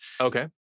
Okay